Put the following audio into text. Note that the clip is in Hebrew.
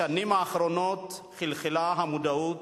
בשנים האחרונות חלחלה המודעות